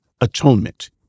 atonement